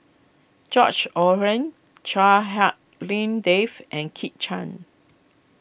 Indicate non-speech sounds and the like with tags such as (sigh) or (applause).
George (unintelligible) Chua Hak Lien Dave and Kit Chan